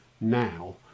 now